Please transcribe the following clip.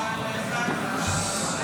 מה שהוצג לי.